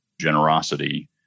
generosity